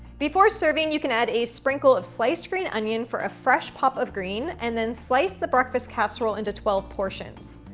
before serving, you can add a sprinkle of sliced green onion for a fresh pop of green. and then slice the breakfast casserole into twelve portions.